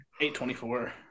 824